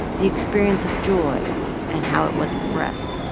the experience of joy and how it was expressed.